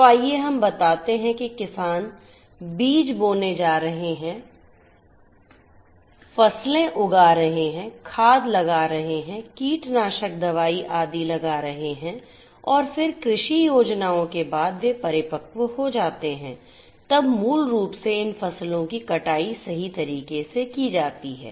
तो आइए हम बताते हैं कि किसान बीज बोने जा रहे हैं फसलें उगा रहे हैं खाद लगा रहे हैं कीटनाशक दवाई आदि लगा रहे हैं और फिर कृषि योजनाओं के बाद वे परिपक्व हो जाते हैं तब मूल रूप से इन फसलों की कटाई सही तरीके से की जाती है